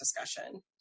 discussion